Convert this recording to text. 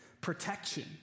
protection